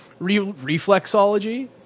Reflexology